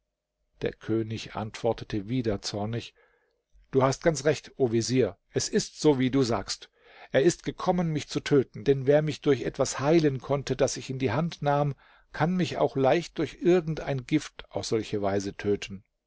der könig antwortete wieder zornig du hast ganz recht o vezier es ist so wie du sagst er ist gekommen mich zu töten denn wer mich durch etwas heilen konnte das ich in die hand nahm kann mich auch leicht durch irgend ein gift auf solche weise töten